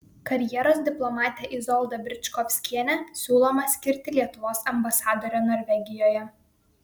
karjeros diplomatę izoldą bričkovskienę siūloma skirti lietuvos ambasadore norvegijoje